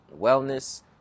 wellness